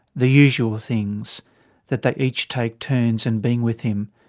the usual things that they each take turns in being with him,